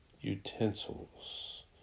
utensils